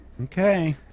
Okay